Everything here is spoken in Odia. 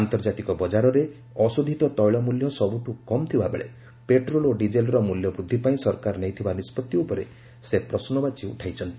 ଆନ୍ତର୍ଜାତିକ ବଜାରରେ ଅଶୋଧିତ ତୈଳ ମୂଲ୍ୟ ସବୁଠୁ କମ୍ ଥିବାବେଳେ ପେଟ୍ରୋଲ୍ ଓ ଡିଜେଲ୍ର ମୂଲ୍ୟ ବୃଦ୍ଧି ପାଇଁ ସରକାର ନେଇଥିବା ନିଷ୍ପଭି ଉପରେ ସେ ପ୍ରଶ୍ରବାଚୀ ଉଠାଇଛନ୍ତି